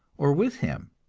or with him.